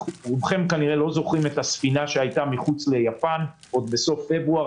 רובכם כנראה לא זוכרים את הספינה שהייתה מחוץ ליפן בסוף פברואר.